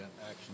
Action